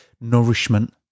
nourishment